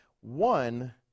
One